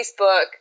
Facebook